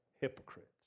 hypocrites